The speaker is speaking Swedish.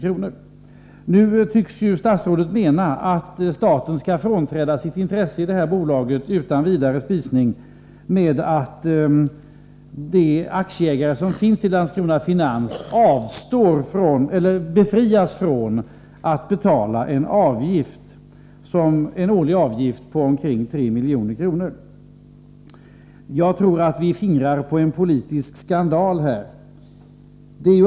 Statsrådet tycks nu mena att staten utan vidare spisning skall frånträda sitt intresse i bolaget genom att aktieägarna i Landskrona Finans befrias från att betala en årlig avgift på omkring 3 miljoner. Jag tror att vi här fingrar på en politisk skandal.